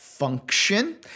function